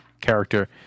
character